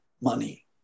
money